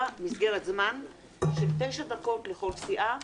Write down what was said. מסגרת זמן של תשע דקות לכל סיעה".